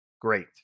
great